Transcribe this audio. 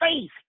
faith